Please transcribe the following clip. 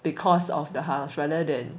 because of the house rather than